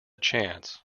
chance